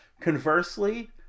Conversely